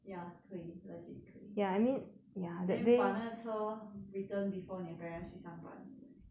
ya 可以 legit 可以 then we 把那个车 return before 你 parents 去上班